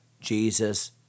Jesus